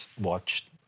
watched